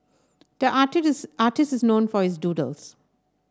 the artist artist is known for his doodles